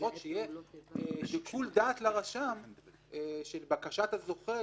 לפחות יהיה שיקול דעת לרשם בבקשת הזוכה,